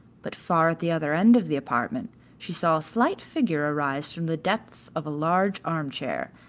but far at the other end of the apartment she saw a slight figure arise from the depths of a large armchair,